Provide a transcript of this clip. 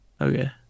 Okay